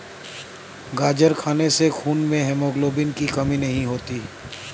गाजर खाने से खून में हीमोग्लोबिन की कमी नहीं होती